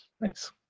Nice